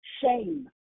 shame